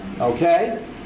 okay